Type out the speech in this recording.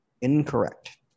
Incorrect